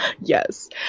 Yes